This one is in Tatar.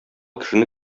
кешене